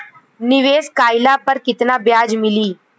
निवेश काइला पर कितना ब्याज मिली?